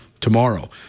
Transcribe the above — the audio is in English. tomorrow